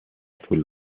azul